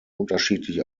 unterschiedlich